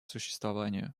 существованию